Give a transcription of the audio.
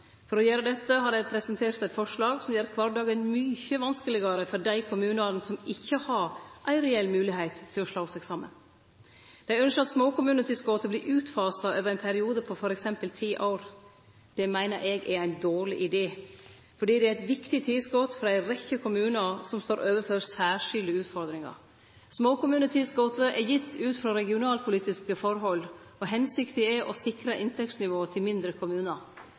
For å gjere dette har dei presentert eit forslag som gjer kvardagen mykje vanskelegare for dei kommunane som ikkje har ei reell moglegheit for å slå seg saman. Dei ønskjer at småkommunetilskotet blir utfasa over ein periode på f.eks. ti år. Det meiner eg er ein dårleg idé, fordi det er eit viktig tilskot for ei rekkje kommunar som møter særskilde utfordringar. Småkommunetilskotet er gitt ut frå regionalpolitiske forhold, og hensikta er å sikre inntektsnivået til mindre kommunar.